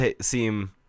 seem